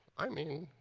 i mean,